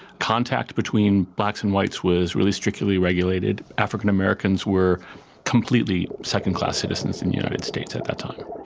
contact between blacks and whites was really strictly regulated. african americans were completely second-class citizens in the united states at that time.